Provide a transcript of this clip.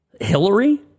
Hillary